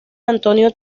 antonio